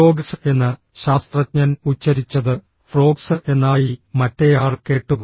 frogs എന്ന് ശാസ്ത്രജ്ഞൻ ഉച്ചരിച്ചതു ഫ്രോക്സ് എന്നായി മറ്റേയാൾ കേട്ടു